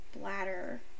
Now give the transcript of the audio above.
bladder